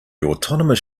autonomous